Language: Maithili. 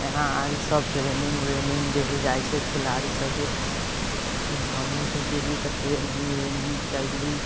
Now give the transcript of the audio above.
यहाँ आयल सभ ट्रेनिंग व्रेनिंग देल जाइत छै खिलाड़ीसभके हमहूँसभ गेली तऽ ट्रेनिंग व्रेनिंग कयली